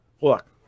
Look